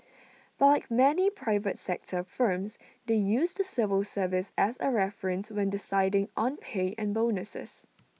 but like many private sector firms they use the civil service as A reference when deciding on pay and bonuses